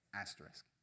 Asterisk